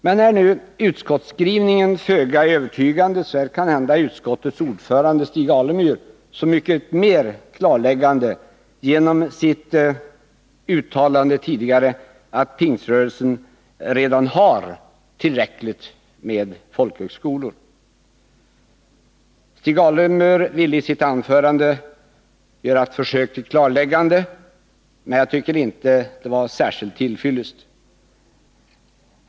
Men är nu utskottsskrivningen föga övertygande, är kanhända utskottets ordförande Stig Alemyr så mycket mer klarläggande, genom sitt tidigare uttalande att Pingströrelsen redan har tillräckligt många folkhögskolor. Stig Alemyr ville i sitt anförande göra ett försök till klarläggande, men jag tycker inte att det var till fyllest.